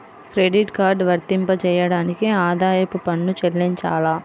Credit card వర్తింపజేయడానికి ఆదాయపు పన్ను చెల్లించాలా?